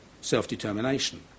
self-determination